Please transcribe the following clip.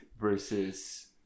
versus